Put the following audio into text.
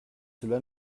cela